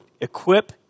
equip